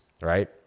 right